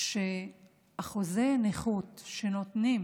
שאחוזי נכות שנותנים